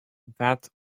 that